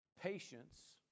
patience